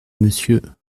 monsieur